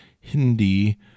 Hindi